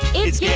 it's yeah